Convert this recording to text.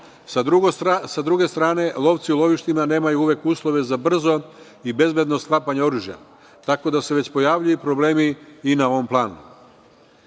Sa druge strane, lovci u lovištima nemaju uvek uslove za brzo i bezbedno sklapanje oružja, tako da se već pojavljuju problemi i na ovom planu. Ono